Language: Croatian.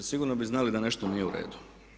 Sigurno bi znali da nešto nije u redu.